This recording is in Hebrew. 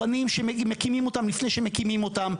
העגורנים שמקימים אותם לפני שמקימים אותם,